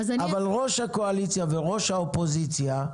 אבל ראש הקואליציה וראש האופוזיציה,